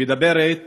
מדברת